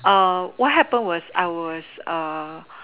what happened was I was